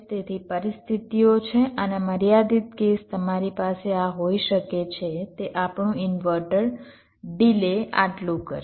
તેથી પરિસ્થિતિઓ છે અને મર્યાદિત કેસ તમારી પાસે આ હોઈ શકે છે તે આપણું ઇન્વર્ટર ડિલે આટલું કરશે